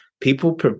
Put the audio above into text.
People